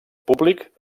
públic